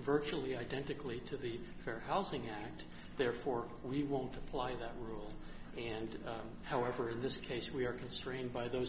virtually identically to the fair housing act therefore we won't apply that rule and however in this case we are constrained by those